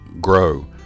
grow